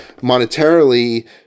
monetarily